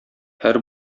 һәр